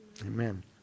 Amen